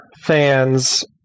fans